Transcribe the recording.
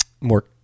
more